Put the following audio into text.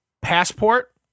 Passport